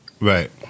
Right